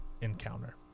encounter